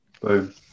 Boom